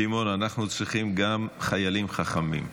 סימון, אנחנו צריכים גם חיילים חכמים.